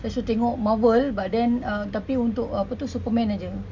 saya selalu tengok Marvel but then uh tapi untuk uh apa tu superman jer